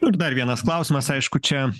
ir dar vienas klausimas aišku čia